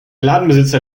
ladenbesitzer